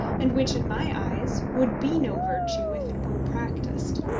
and which, in my eyes, would be no virtue if it were practised.